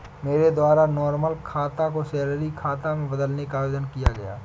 मेरे द्वारा नॉर्मल खाता को सैलरी खाता में बदलने का आवेदन दिया गया